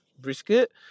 brisket